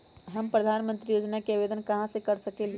हम प्रधानमंत्री योजना के आवेदन कहा से कर सकेली?